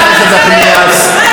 זה חוצפה מצידך.